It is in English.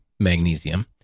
magnesium